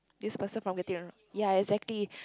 this person from getting ya exactly